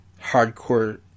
hardcore